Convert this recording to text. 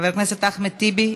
חבר הכנסת אחמד טיבי,